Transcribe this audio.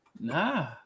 Nah